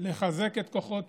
לחזק את כוחות